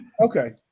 okay